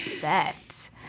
bet